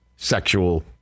sexual